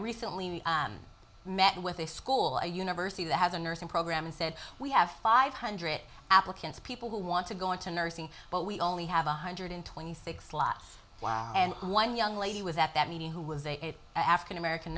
recently met with a school a university that has a nursing program and said we have five hundred applicants people who want to go into nursing but we only have one hundred twenty six slots and one young lady was at that meeting who was a african american